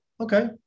Okay